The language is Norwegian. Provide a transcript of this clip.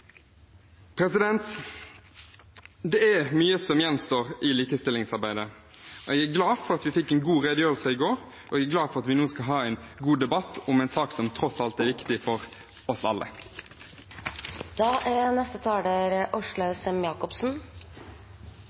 Det er mye som gjenstår i likestillingsarbeidet. Jeg er glad for at vi fikk en god redegjørelse i går, og jeg er glad for at vi nå skal ha en god debatt om en sak som tross alt er viktig for oss